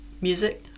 music